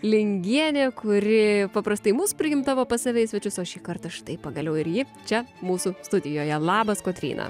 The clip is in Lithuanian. lingienė kuri paprastai mus priimdavo pas save į svečius o šįkart štai pagaliau ir ji čia mūsų studijoje labas kotryna